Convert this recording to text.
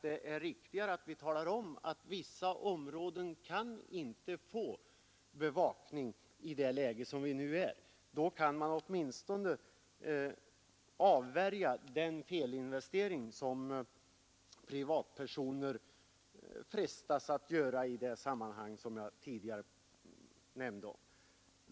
Det är riktigare att tala om att vissa områden inte kan få bevakning i nuvarande läge. Då kan man åtminstone avvärja felinvesteringar av privatpersoner i det sammanhang som jag tidigare nämnde.